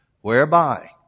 whereby